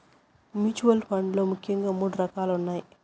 mutual funds లో ముఖ్యంగా మూడు రకాలున్నయ్